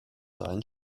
seinen